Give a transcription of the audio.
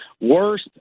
Worst